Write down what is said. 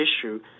issue